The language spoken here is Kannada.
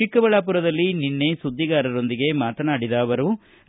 ಚಿಕ್ಕಬಳ್ಳಾಪುರದಲ್ಲಿ ನಿನ್ನೆ ಸುದ್ದಿಗಾರರೊಂದಿಗೆ ಮಾತನಾಡಿದ ಅವರು